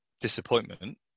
disappointment